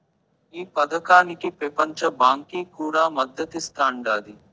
ఈ పదకానికి పెపంచ బాంకీ కూడా మద్దతిస్తాండాది